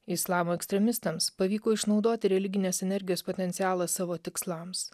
islamo ekstremistams pavyko išnaudoti religinės energijos potencialą savo tikslams